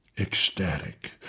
Ecstatic